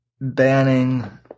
banning